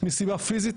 'מסיבה פיזית,